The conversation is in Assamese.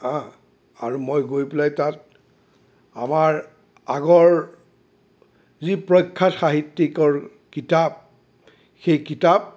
হাঁ আৰু মই গৈ পেলাই তাত আমাৰ আগৰ যি প্ৰখ্যাত সাহিত্যিকৰ কিতাপ সেই কিতাপ